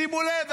שימו לב,